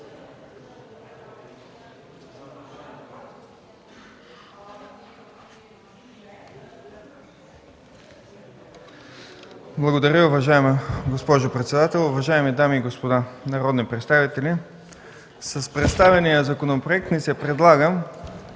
Благодаря, уважаема госпожо председател. Уважаеми дами и господа народни представители! С представения законопроект ни се предлага